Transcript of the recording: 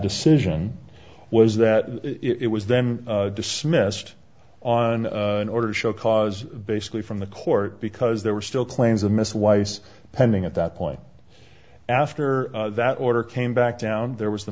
decision was that it was them dismissed on an order to show cause basically from the court because there were still claims of miss weiss pending at that point after that order came back down there was the